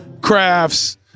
crafts